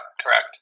correct